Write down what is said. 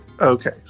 Okay